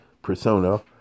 Persona